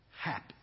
happy